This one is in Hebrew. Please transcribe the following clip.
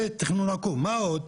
זה תכנון עקום, מה עוד?